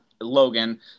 Logan